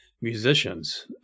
musicians